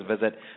visit